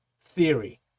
theory